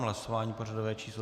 Hlasování pořadové číslo 124.